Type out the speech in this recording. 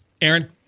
Aaron